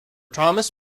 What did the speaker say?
thomas